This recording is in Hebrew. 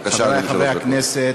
חברי חברי הכנסת,